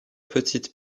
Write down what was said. petites